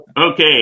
Okay